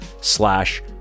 slash